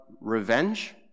revenge